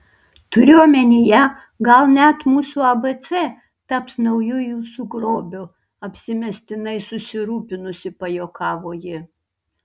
turiu omenyje gal net mūsų abc taps nauju jūsų grobiu apsimestinai susirūpinusi pajuokavo ji